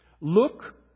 Look